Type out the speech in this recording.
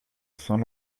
saint